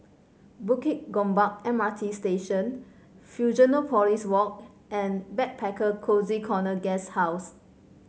Bukit Gombak M R T Station Fusionopolis Walk and Backpacker Cozy Corner Guesthouse